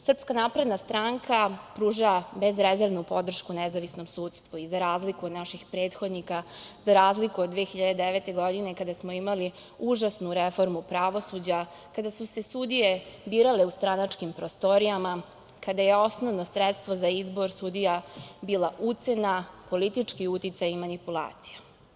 Srpska napredna stranka pruža bezrezervnu podršku nezavisnom sudstvu i za razliku od naših prethodnika, za razliku od 2009. godine, kada smo imali užasnu reformu pravosuđa, kada su se sudije birale u stranačkim prostorijama, kada je osnovno sredstvo za izbor sudija bila ucena, politički uticaj i manipulacija.